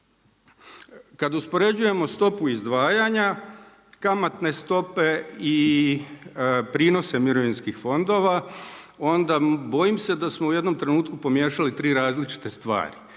Kad uspoređujemo stopu izdvajanja, kamatne stope i prinose mirovinskih fondova, onda bojim se da smo u jednom trenutku pomiješali 3 različite stvari.